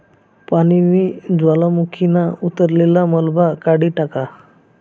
पानीनी ज्वालामुखीना उतरलेल मलबा काढी टाका